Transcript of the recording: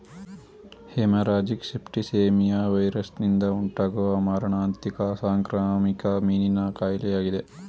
haemorrhagic septicaemia ವೈರಸ್ನಿಂದ ಉಂಟಾಗುವ ಮಾರಣಾಂತಿಕ ಸಾಂಕ್ರಾಮಿಕ ಮೀನಿನ ಕಾಯಿಲೆಯಾಗಿದೆ